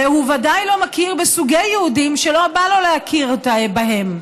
והוא ודאי לא מכיר בסוגי יהודים שלא בא לו להכיר בהם.